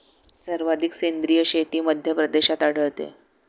सर्वाधिक सेंद्रिय शेती मध्यप्रदेशात आढळते